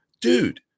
Dude